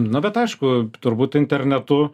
nu bet aišku turbūt internetu